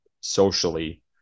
socially